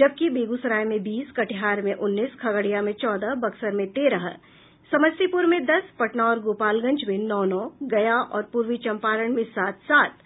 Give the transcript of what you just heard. जबकि बेगूसराय में बीस कटिहार में उन्नीस खगड़िया में चौदह बक्सर में तेरह समस्तीपुर में दस पटना और गोपालगंज में नौ नौ गया और पूर्वी चंपारण में सात सात